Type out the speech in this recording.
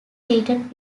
treated